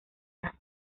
las